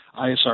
ISR